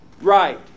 right